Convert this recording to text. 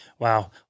Wow